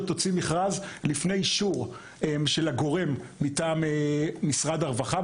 תוציא אותו לפני אישור של הגורם מטעם משרד הרווחה,